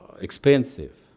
expensive